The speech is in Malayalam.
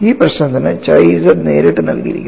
ഈ പ്രശ്നത്തിന്chi z നേരിട്ട് നൽകിയിരിക്കുന്നു